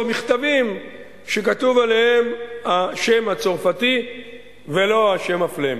מכתבים שכתוב עליהם השם הצרפתי ולא השם הפלמי.